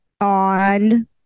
on